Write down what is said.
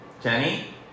Jenny